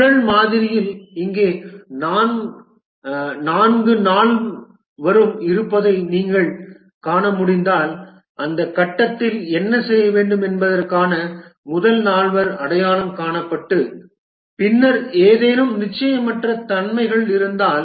சுழல் மாதிரியில் இங்கே நான்கு நால்வரும் இருப்பதை நீங்கள் காண முடிந்தால் அந்த கட்டத்தில் என்ன செய்ய வேண்டும் என்பதற்கான முதல் நால்வர் அடையாளம் காணப்பட்டு பின்னர் ஏதேனும் நிச்சயமற்ற தன்மைகள் இருந்தால்